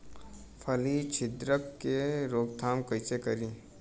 फली छिद्रक के रोकथाम कईसे करी?